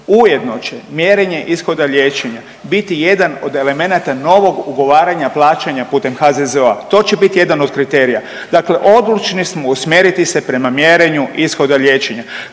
Ujedno će mjerenje ishoda liječenja biti jedan od elementa novog ugovaranja plaćanja putem HZZO-a. To će biti jedan od kriterija. Dakle, odlučni smo usmjeriti se prema mjerenju ishoda liječenja.